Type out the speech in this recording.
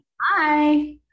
Hi